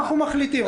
אנחנו מחליטים.